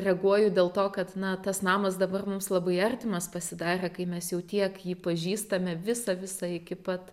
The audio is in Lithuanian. reaguoju dėl to kad na tas namas dabar mums labai artimas pasidarė kai mes jau tiek jį pažįstame visą visą iki pat